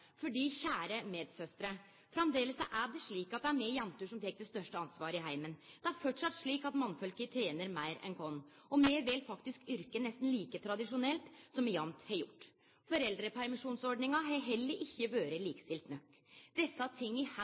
fordi, kjære medsystrer, framleis er det slik at det er me jenter som tek det største ansvaret i heimen. Det er framleis slik at mannfolka tener meir enn oss, og me vel faktisk yrke like tradisjonelt som me alltid har gjort. Foreldrepermisjonsordninga har heller ikkje vore likestilt nok. Desse tinga